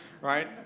right